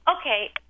okay